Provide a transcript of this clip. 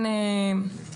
אין מה לדבר.